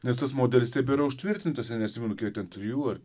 nes tas modelis tebėra užtvirtintas ten neatsimenu kie ten trijų ar